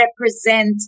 represent